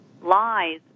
lies